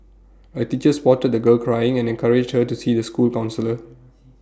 A teacher spotted the girl crying and encouraged her to see the school counsellor